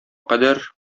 кадәр